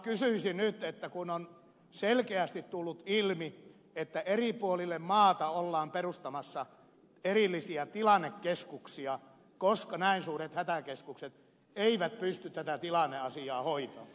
kysyisin nyt kun on selkeästi tullut ilmi että eri puolille maata ollaan perustamassa erillisiä tilannekeskuksia koska näin suuret hätäkeskukset eivät pysty tätä tilanneasiaa hoitamaan